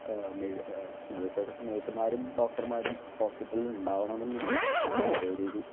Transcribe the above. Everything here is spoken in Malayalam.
നേഴ് നേഴ്സ്സ് നേഴ്സ്മ്മാരും ഡോക്ടർമാരും ഹോസ്പിറ്റലിൽ ഉണ്ടാകണമെന്നില്ല ഇപ്പോൾ ഒരു